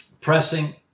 pressing